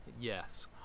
yes